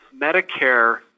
Medicare